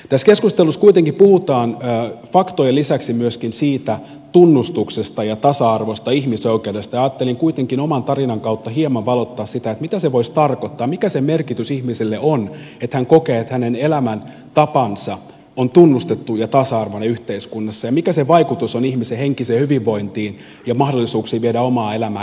tässä keskustelussa kuitenkin puhutaan faktojen lisäksi myöskin siitä tunnustuksesta ja tasa arvosta ihmisoikeudesta ja ajattelin kuitenkin oman tarinan kautta hieman valottaa sitä mitä se voisi tarkoittaa mikä sen merkitys ihmiselle on että hän kokee että hänen elämäntapansa on tunnustettu ja tasa arvoinen yhteiskunnassa ja mikä sen vaikutus on ihmisen henkiseen hyvinvointiin ja mahdollisuuksiin viedä omaa elämää eteenpäin